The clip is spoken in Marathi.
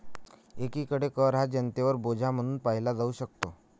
एकीकडे कर हा जनतेवर बोजा म्हणून पाहिला जाऊ शकतो